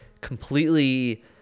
completely